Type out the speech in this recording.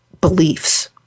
beliefs